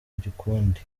gikundi